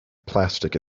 plastic